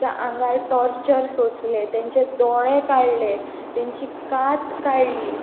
च्या आंगार टॉर्चर सोंसले तेंचे दोळें काडले तेंची कात काडली